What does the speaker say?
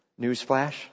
Newsflash